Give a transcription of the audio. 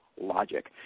logic